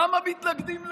למה מתנגדים לזה?